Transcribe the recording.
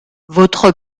votre